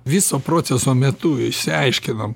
viso proceso metu išsiaiškinom